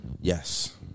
Yes